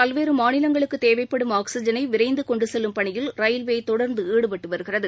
பல்வேறுமாநிலங்களுக்குதேவைப்படும் இந்நிலையில் ஆக்ஸிஜனைவிரைந்துகொண்டுசெல்லும் பணியில் ரயில்வேதொடர்ந்துஈடுபட்டுவருகிறது